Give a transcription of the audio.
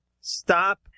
stop